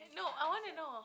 no I want to know